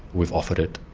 we've offered it,